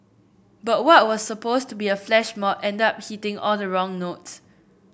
but what was supposed to be a flash mob ended up hitting all the wrong notes